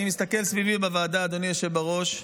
אני מסתכל סביבי בוועדה, אדוני היושב בראש,